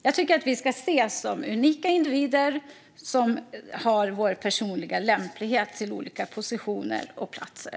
Jag tycker att vi ska ses som unika individer som har vår personliga lämplighet för olika positioner och platser.